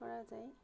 কৰা যায়